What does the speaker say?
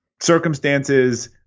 circumstances